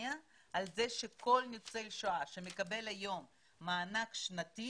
גרמניה על כך שכל ניצול שואה שמקבל היום מענק שנתי,